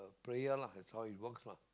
prayer lah that's all it works lah